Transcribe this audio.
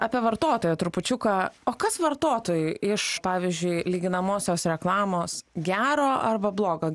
apie vartotoją trupučiuką o kas vartotojui iš pavyzdžiui lyginamosios reklamos gero arba blogo